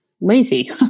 lazy